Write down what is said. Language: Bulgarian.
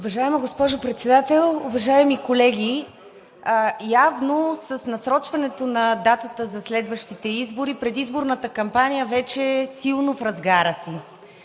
Уважаема госпожо Председател, уважаеми колеги! Явно с насрочването на датата за следващите избори предизборната кампания вече силно е в разгара си.